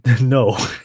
no